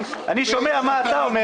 אני שומע מה שאתה אומר,